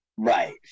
Right